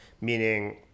meaning